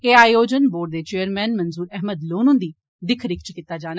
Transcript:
एह् आयोजन बोर्ड दे चेयरमैन मंजूर अहमद लोन हुंदी दिक्ख रिक्ख च कीता जाग